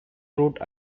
route